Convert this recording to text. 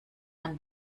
man